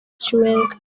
chiwenga